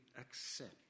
accept